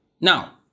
now